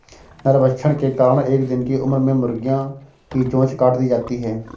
नरभक्षण के कारण एक दिन की उम्र में मुर्गियां की चोंच काट दी जाती हैं